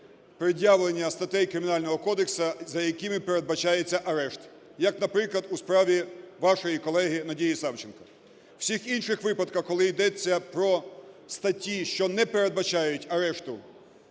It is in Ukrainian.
пред'явлення статей Кримінального кодексу, за якими передбачається арешт, як, наприклад, у справі вашої колеги Надії Савченко. У всіх інших випадках, коли йдеться про статті, що не передбачають арешту,